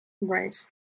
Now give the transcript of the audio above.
Right